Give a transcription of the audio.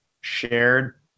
shared